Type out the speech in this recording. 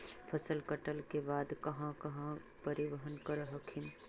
फसल कटल के बाद कहा कहा परिबहन कर हखिन?